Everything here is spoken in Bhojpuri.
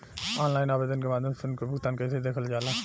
ऑनलाइन आवेदन के माध्यम से उनके भुगतान कैसे देखल जाला?